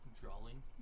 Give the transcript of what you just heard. Drawing